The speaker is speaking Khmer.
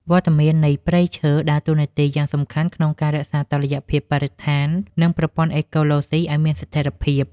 វត្តមាននៃព្រៃឈើដើរតួនាទីយ៉ាងសំខាន់ក្នុងការរក្សាតុល្យភាពបរិស្ថាន និងប្រព័ន្ធអេកូឡូស៊ីឱ្យមានស្ថិរភាព។